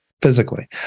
physically